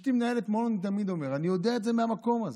אשתי מנהלת מעון, אני יודע את זה מהמקום הזה,